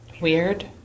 Weird